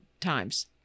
times